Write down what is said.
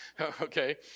okay